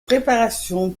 préparation